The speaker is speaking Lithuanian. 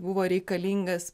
buvo reikalingas